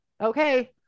okay